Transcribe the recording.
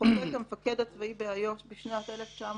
חוקק המפקד הצבאי באיו"ש בשנת 1970